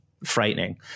frightening